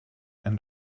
and